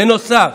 בנוסף,